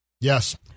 Yes